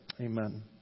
Amen